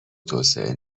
توسعه